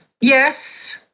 yes